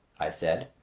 i said.